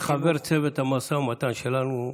כחבר צוות המשא ומתן שלנו,